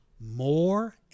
more